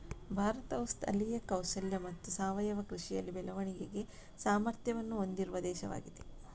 ಭಾರತವು ಸ್ಥಳೀಯ ಕೌಶಲ್ಯ ಮತ್ತು ಸಾವಯವ ಕೃಷಿಯಲ್ಲಿ ಬೆಳವಣಿಗೆಗೆ ಸಾಮರ್ಥ್ಯವನ್ನು ಹೊಂದಿರುವ ದೇಶವಾಗಿದೆ